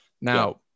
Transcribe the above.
now